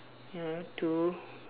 ya two